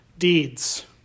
Deeds